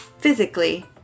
physically